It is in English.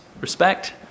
respect